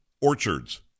orchards